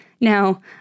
Now